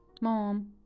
Mom